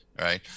right